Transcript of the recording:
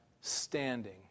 standing